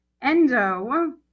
Endo